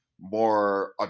more